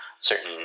certain